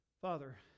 Father